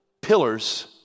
pillars